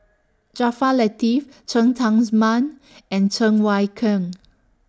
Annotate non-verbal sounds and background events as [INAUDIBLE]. Jaafar Latiff Cheng Tsang [UNINTELLIGIBLE] Man [NOISE] and Cheng Wai Keung